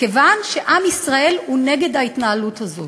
כיוון שעם ישראל הוא נגד ההתנהלות הזאת,